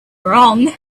wrong